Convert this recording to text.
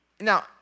Now